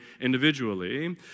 individually